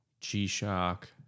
G-Shock